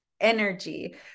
energy